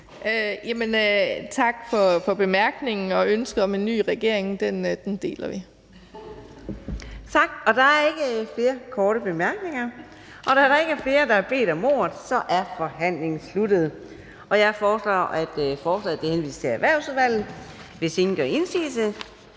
tak for bemærkningen, og ønsket om en ny regering deler vi.